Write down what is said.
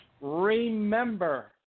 Remember